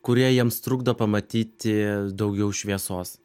kurie jiems trukdo pamatyti daugiau šviesos